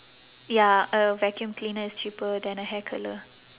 ya a vacuum cleaner is cheaper than a hair curler